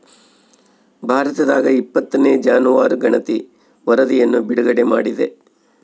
ಭಾರತದಾಗಇಪ್ಪತ್ತನೇ ಜಾನುವಾರು ಗಣತಿ ವರಧಿಯನ್ನು ಬಿಡುಗಡೆ ಮಾಡಿದೆ